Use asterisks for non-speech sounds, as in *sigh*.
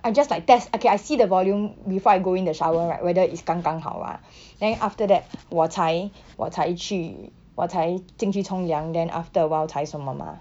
I just like test okay I see the volume before I go in the shower right whether is 刚刚好吗 *breath* then after that 我才我才去我才进去冲凉 then after awhile 才什么吗